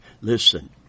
Listen